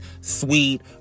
sweet